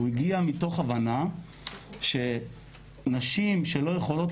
הוא הגיע מתוך הבנה שנשים שלא יכולות